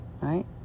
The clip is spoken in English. right